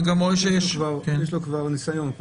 אני רואה גם שיש --- יש לו כבר ניסיון.